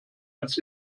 als